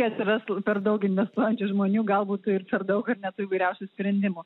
kai atsiras per daug investuojančių žmonių gal būt ir per daug ar ne tų įvairiausių sprendimų